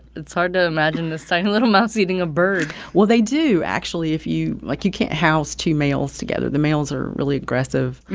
it's hard to imagine this tiny, little mouse eating a bird well, they do. actually, if you like, you can't house two males together. the males are really aggressive,